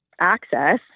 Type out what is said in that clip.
access